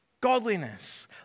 godliness